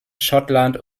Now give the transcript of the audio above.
schottland